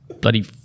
bloody